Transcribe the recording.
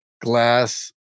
glass